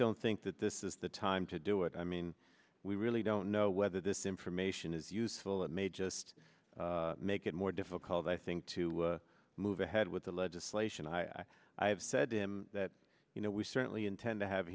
don't think that this is the time to do it i mean we really don't know whether this information is useful it may just make it more difficult i think to move ahead with the legislation i i have said him that you know we certainly intend to have